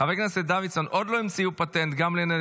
אולי תחליפו אותו?